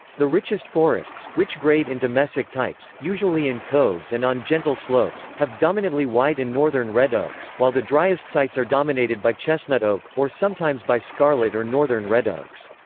the richest forests, which grade into mesic types, usually in coves and on gentle slopes, have dominantly white and northern red oaks, while the driest sites are dominated by chestnut oak, or sometimes by scarlet or northern red oaks.